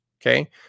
Okay